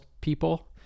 people